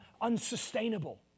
unsustainable